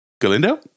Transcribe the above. Galindo